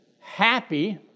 happy